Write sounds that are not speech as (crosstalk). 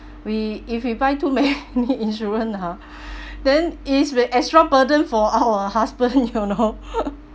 we if we buy (laughs) too many insurance ah then is the extra burden for our husband you know (laughs)